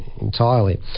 entirely